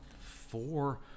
Four